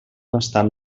bastant